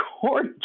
court